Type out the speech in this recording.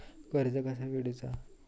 कर्ज कसा फेडुचा?